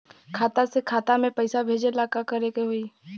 खाता से खाता मे पैसा भेजे ला का करे के होई?